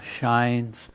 shines